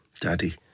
Daddy